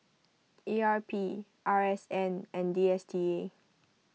E R P R S N and D S T A